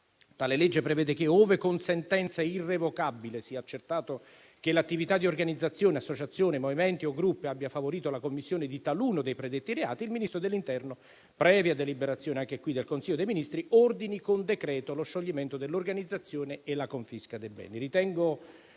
Tale legge prevede che, ove con sentenza irrevocabile, sia accertato che l'attività di organizzazioni, associazioni, movimenti o gruppi abbia favorito la commissione di taluno dei predetti reati, il Ministro dell'interno, previa deliberazione - anche in questo caso - del Consiglio dei ministri, ordini con decreto lo scioglimento dell'organizzazione e la confisca dei beni.